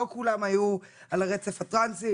לא כולם היו על הרצף הטרנסי,